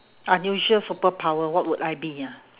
unusual superpower what would I be ah